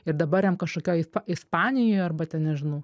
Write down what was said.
ir dabar jam kažkokioj ispanijoj arba ten nežinau